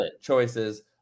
choices